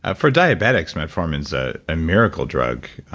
ah for diabetics, metformin's a ah miracle drug,